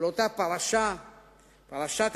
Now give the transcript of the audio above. לאותה פרשת הנשיקה,